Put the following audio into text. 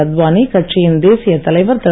அத்வானி கட்சியின் தேசிய தலைவர் திரு